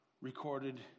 recorded